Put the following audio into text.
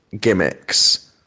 gimmicks